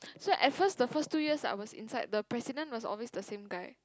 so at first the first two years I was inside the president was always the same guy